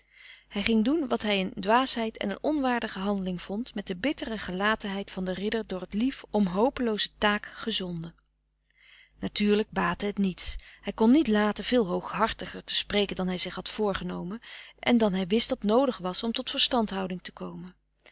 hij ging doen wat hij een dwaasheid en een onwaardige handeling vond met de bittere gelatenheid van den ridder door t lief om hopelooze taak gezonden natuurlijk baatte het niets hij kon niet laten veel hooghartiger te spreken dan hij zich had voorgenomen en dan hij wist dat noodig was om tot verstandhouding te komen